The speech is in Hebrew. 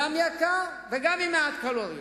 גם יקר וגם עם מעט קלוריות,